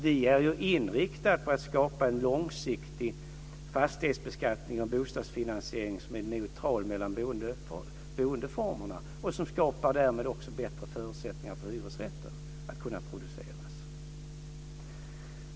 Vi är inriktade på att skapa en långsiktig fastighetsbeskattning och en bostadsfinansiering som är neutral mellan boendeformerna och som därmed också skapar bättre förutsättningar för produktion av hyresrätter.